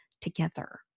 together